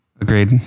Agreed